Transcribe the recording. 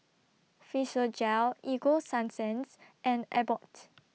Physiogel Ego Sunsense and Abbott